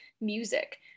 music